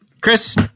Chris